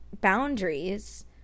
boundaries